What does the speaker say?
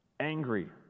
angry